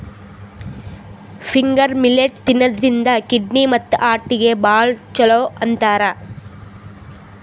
finger millet ತಿನ್ನದ್ರಿನ್ದ kidney ಮತ್ತ್ ಹಾರ್ಟಿಗ್ ಭಾಳ್ ಛಲೋ ಅಂತಾರ್